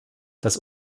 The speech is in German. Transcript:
dass